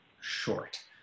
short